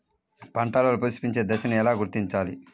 పంటలలో పుష్పించే దశను ఎలా గుర్తించాలి?